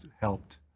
helped